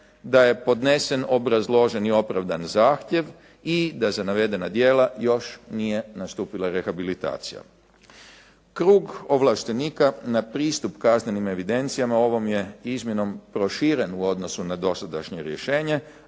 da je podnesen obrazložen i opravdan zahtjev i da za navedena djela još nije nastupila rehabilitacija. Krug ovlaštenika na pristup kaznenim evidencijama ovom je izmjenom proširen u odnosu na dosadašnje rješenje,